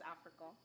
Africa